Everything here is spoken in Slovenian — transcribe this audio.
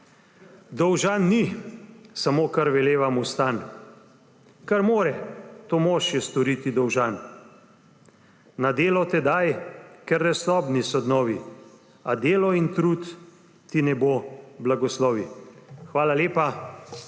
»Dolžan ni samo, kar veleva mu stan, kar more, to mož je storiti dolžan! Na delo tedaj, ker resnobni so dnovi, a delo in trud ti nebo blagoslovi!« Hvala lepa.